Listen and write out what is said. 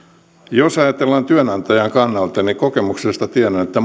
jos ajatellaan työnantajan kannalta niin kokemuksesta tiedän että